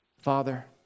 Father